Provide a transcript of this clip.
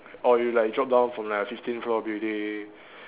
or you like drop down from like fifteen floor building